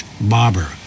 Barber